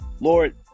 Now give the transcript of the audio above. Lord